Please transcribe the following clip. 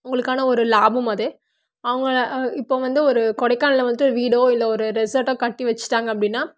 உங்களுக்கான ஒரு லாபம் அது அவங்க இப்போது வந்து ஒரு கொடைக்கானலில் வந்துட்டு ஒரு வீடோ இல்லை ஒரு ரெசார்ட்டோ கட்டி வச்சுட்டாங்க அப்படின்னா